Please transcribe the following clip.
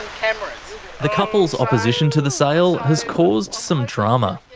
the couple's opposition to the sale has caused some drama.